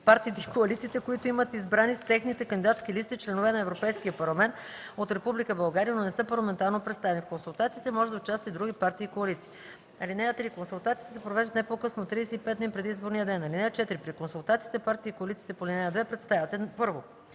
партиите и коалициите, които имат избрани с техните кандидатски листи членове на Европейския парламент от Република България, но не са парламентарно представени. В консултациите може да участват и други партии и коалиции. (3) Консултациите се провеждат не по-късно от 35 дни преди изборния ден. (4) При консултациите партиите и коалициите по ал. 2 представят: 1.